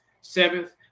seventh